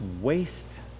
waste